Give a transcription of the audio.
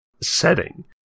setting